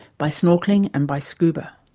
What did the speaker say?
by snorkelling and by scuba,